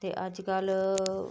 ते अज्जकल